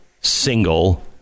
single